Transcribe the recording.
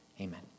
Amen